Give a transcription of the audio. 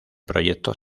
proyecto